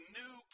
new